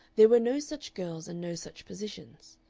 there were no such girls and no such positions.